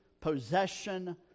possession